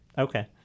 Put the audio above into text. Okay